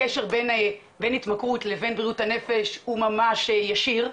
הקשר בין התמכרות לבין בריאות הנפש הוא ממש ישיר,